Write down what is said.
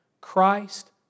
Christ